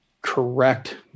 correct